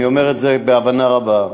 אני אומר את זה בהבנה רבה.